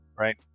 Right